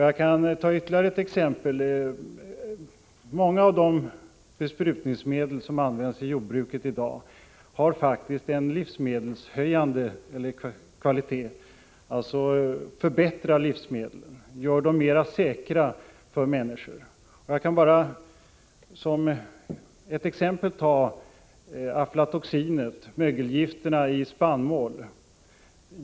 Jag kan ta ytterligare ett exempel: Många av de besprutningsmedel som används i jordbruket i dag har faktiskt en kvalitetshöjande effekt — de förbättrar alltså livsmedlen och gör dem säkrare för människor. Jag kan nämna aflatoxinet och andra mögelgifter i spannmål.